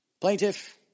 Plaintiff